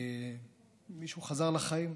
הוא חזר לחיים.